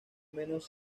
menos